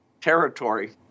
territory